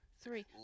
three